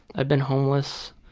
i've been homeless.